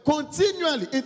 Continually